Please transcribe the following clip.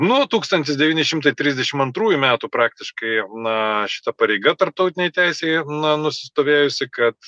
nu tūkstantis devyni šimtai trisdešim antrųjų metų praktiškai na šita pareiga tarptautinėj teisėj na nusistovėjusi kad